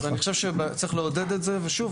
אז אני חושב שצריך לעודד את זה ושוב,